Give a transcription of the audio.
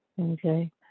okay